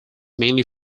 mainly